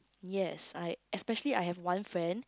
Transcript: yes I especially I have one friend